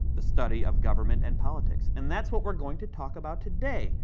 the study of government and politics. and that's what we're going to talk about today,